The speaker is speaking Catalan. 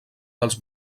dels